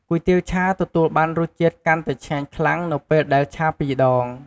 គុយទាវឆាទទួលបានរសជាតិកាន់តែឆ្ងាញ់ខ្លាំងនៅពេលដែលឆាពីរដង។